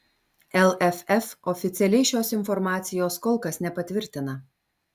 lff oficialiai šios informacijos kol kas nepatvirtina